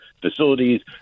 facilities